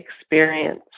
experience